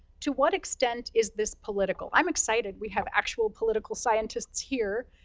to what extent is this political? i'm excited, we have actual political scientists here.